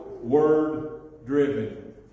Word-driven